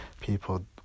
people